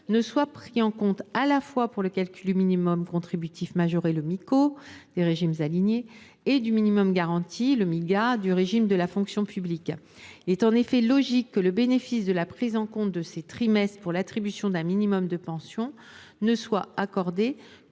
ne soient pris en compte à la fois pour le calcul du minimum contributif majoré des régimes alignés et pour celui du minimum garanti du régime de la fonction publique. En effet, il est logique que le bénéfice de la prise en compte de ces trimestres pour l’attribution d’un minimum de pension ne soit accordé